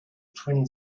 twin